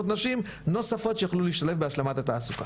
נשים נוספות שיוכלו להשתלב בהשלמת ההשכלה.